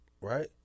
right